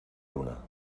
luna